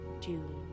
June